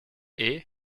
est